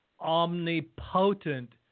omnipotent